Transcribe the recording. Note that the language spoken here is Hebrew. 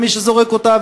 ומי שזורק אותה,